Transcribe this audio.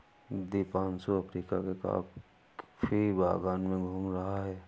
Deepanshu Africa के coffee बागान में घूम रहा है